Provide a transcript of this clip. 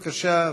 בבקשה,